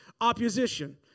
opposition